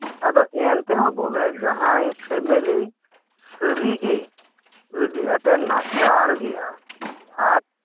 ᱟᱫᱚ ᱮᱱᱛᱮᱦᱚ ᱵᱚᱞᱮ ᱡᱟᱦᱟᱸᱭ ᱯᱷᱮᱢᱮᱞᱤ ᱥᱟᱹᱨᱤᱜᱤ ᱟᱹᱰᱤ ᱟᱸᱴᱮ ᱱᱟᱪᱟᱨ ᱜᱮᱭᱟ ᱟᱨ